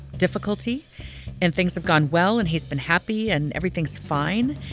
difficulty and things have gone well. and he's been happy and everything's fine.